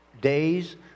days